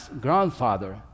grandfather